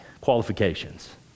Qualifications